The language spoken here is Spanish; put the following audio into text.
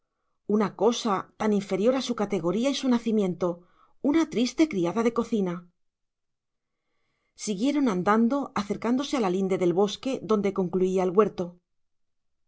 una cosa tan inferior a su categoría y a su nacimiento una triste criada de cocina siguieron andando acercándose a la linde del bosque donde concluía el huerto